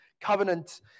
covenant